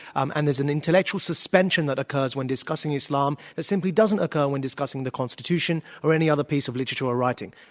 um and there's an intellectual suspension that occurs when discussing islam that simply doesn't occur when discussing the constitution or any other piece of literature or writing.